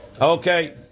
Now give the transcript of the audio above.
Okay